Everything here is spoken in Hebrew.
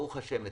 ברוך השם,